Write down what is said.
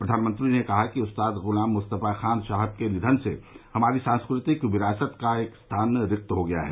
प्रधानमंत्री ने कहा है कि उस्ताद गुलाम मुस्तफा खान साहब के निधन से हमारी सांस्कृतिक विरासत का एक स्थान रिक्त हो गया है